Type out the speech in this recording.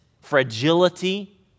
fragility